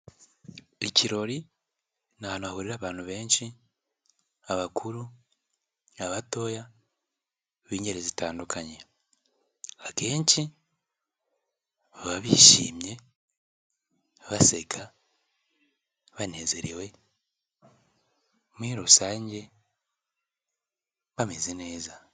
Ikirori ni ahantu hahurira abantu benshi abakuru n'abatoya b'ingeri zitandukanye, akenshi baba bishimye, baseka, banezerewe muri rusange bameze neza.